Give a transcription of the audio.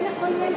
יהיה לכל ילד.